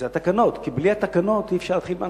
זה התקנות, כי בלי התקנות אי-אפשר להתחיל בהנפקה.